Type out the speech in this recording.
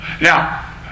Now